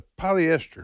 polyester